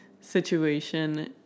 situation